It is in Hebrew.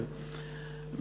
כן,